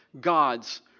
God's